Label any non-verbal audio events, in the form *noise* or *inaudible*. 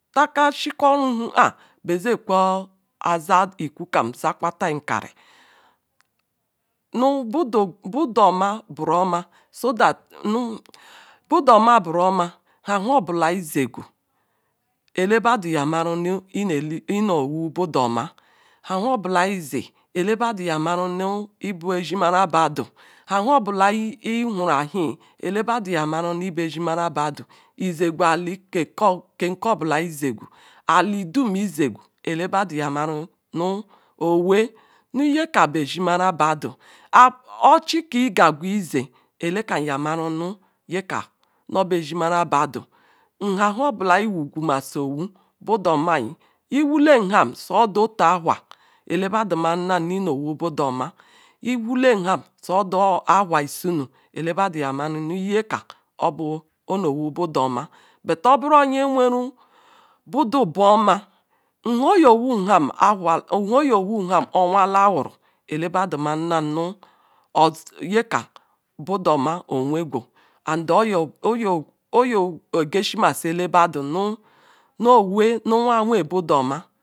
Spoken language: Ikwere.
Taka shiko ru hu bekwe oza iyi ekwu koyan zakwata yinkari *hesitation* nu badu oma buroma nu ha hubala ezegu elebadu yamuru nu nyeowu budu oma hana oba la elebedu yamaru nubu ezi mara bedu hahobela ihuru ahia ehebadu yamara na bu ezi mera badu ezegwa eh kenukobula ezegu ali dumiezegu eh badu nyamara owey nyakabu eziemara badu *hesitation* ochi ke gwu ezie nyekiyam yameru yueam obu ezimara badu nhahobala iwuguma si nubule amai ewule nha otu awha elebadu marwna nu eowubu du oma ewulem ham sodu awha isienu elebada mumura nu ewe ovu oma nyka ono wu budu oma but oburu nyweru budu buoma naa oya wunla ohea laru elebedu owegwu and ogesi masi elebedu nu owey awiya wea budu oma.